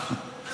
אשמח.